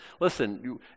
listen